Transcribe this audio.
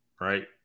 right